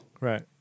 Right